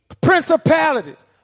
principalities